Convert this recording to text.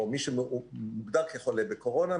או מי שמוגדר כחולה בקורונה,